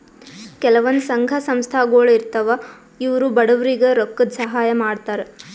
ಕೆಲವಂದ್ ಸಂಘ ಸಂಸ್ಥಾಗೊಳ್ ಇರ್ತವ್ ಇವ್ರು ಬಡವ್ರಿಗ್ ರೊಕ್ಕದ್ ಸಹಾಯ್ ಮಾಡ್ತರ್